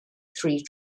three